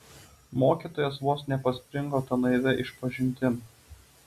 mokytojas vos nepaspringo ta naivia išpažintim